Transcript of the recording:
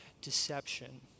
deception